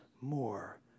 more